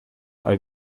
are